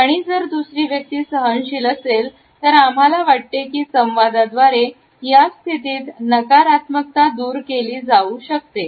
आणि जर दुसरी व्यक्ती सहनशील असेल तर आम्हाला वाटते की संवादाद्वारे या स्थितीत नकारात्मकता दूर केली जाऊ शकते